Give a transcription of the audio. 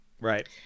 Right